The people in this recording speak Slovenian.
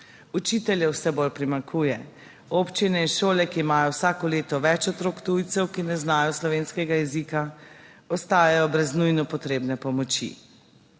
Učiteljev vse bolj primanjkuje. Občine in šole, ki imajo vsako leto več otrok tujcev, ki ne znajo slovenskega jezika, ostajajo brez nujno potrebne pomoči.